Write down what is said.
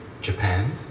Japan